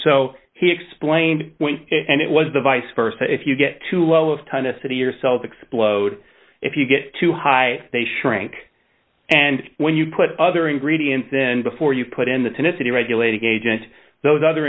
so he explained it and it was the vice versa if you get too low of time the city yourself explode if you get too high they shrink and when you put other ingredients then before you put in the tenacity regulating agent those other